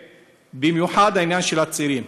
ובמיוחד העניין של הצעירים,